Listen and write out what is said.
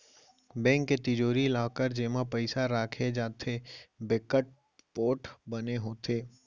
bank के तिजोरी, locker जेमा पइसा राखे जाथे बिकट पोठ बने होथे